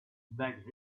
baggage